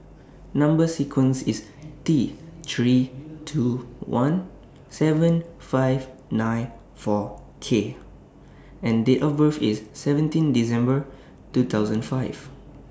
Number sequence IS T three two one seven five nine four K and Date of birth IS seventeen December two thousand five